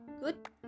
Good